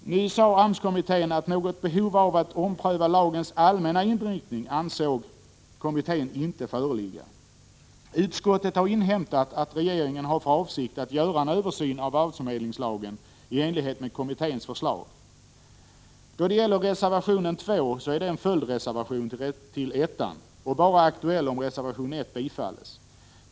Något behov att ompröva lagens allmänna inriktning ansåg emellertid kommittén inte föreligga. Utskottet har inhämtat att regeringen har för avsikt att göra en översyn av arbetsförmedlingslagen i enlighet med kommitténs förslag. Reservation 2 är en följdreservation till reservation 1 och bara aktuell om reservation 1 bifalls.